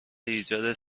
ایجاد